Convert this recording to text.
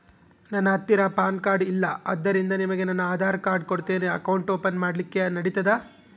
ನನ್ನ ಹತ್ತಿರ PAN card ಇಲ್ಲ ಆದ್ದರಿಂದ ನಿಮಗೆ ನನ್ನ ಆಧಾರ್ ಕಾರ್ಡ್ ಕೊಡ್ತೇನಿ ಅಕೌಂಟ್ ಓಪನ್ ಮಾಡ್ಲಿಕ್ಕೆ ನಡಿತದಾ?